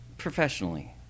professionally